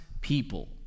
people